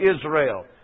Israel